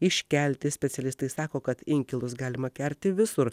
iškelti specialistai sako kad inkilus galima kelti visur